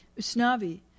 Usnavi